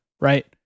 right